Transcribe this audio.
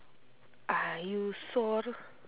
are you sure